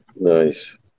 Nice